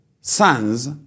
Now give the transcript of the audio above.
sons